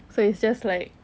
so it's just like